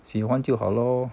喜欢就好咯